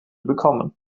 bekommen